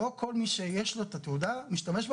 לא כל מי שיש לו את התעודה משתמש בה,